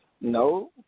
No